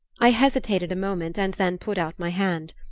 i hesitated a moment and then put out my hand.